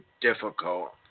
difficult